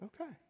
Okay